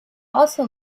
also